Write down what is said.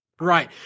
Right